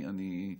אני,